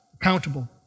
accountable